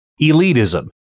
elitism